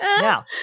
Now